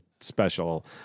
special